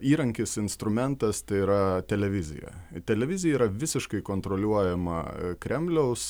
įrankis instrumentas tai yra televizija televizija yra visiškai kontroliuojama kremliaus